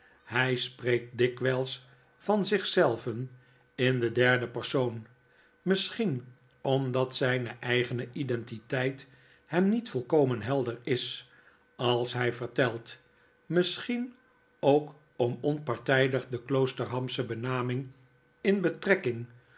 hij spreekt dikwyis van zich zelven in den derden persoon misschien omdat zyne eigene identiteit hem niet volkomen helder is als hy vertelt misschien ook om onpartijdig de kloosterhamsche benaming in betrekking